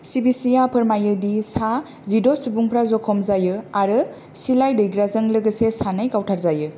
सि B C आ फोरमायो दि सा जिद' सुबुंफ्रा जखम जायो आरो सिलाइ दैग्राजों लोगोसे सानै गावथारजायो